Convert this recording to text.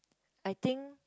I think